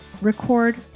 record